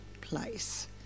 place